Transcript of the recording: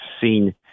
seen